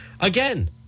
Again